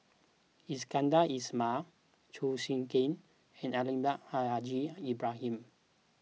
Iskandar Ismail Chew Swee Kee and Almahdi Al Haj Ibrahim